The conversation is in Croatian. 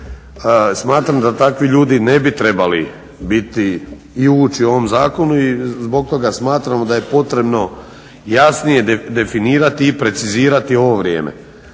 Smatram da takvi ljudi ne bi trebali i ući u ovom zakonu i zbog toga smatramo da je potrebno jasnije definirati i precizirati ovo vrijeme.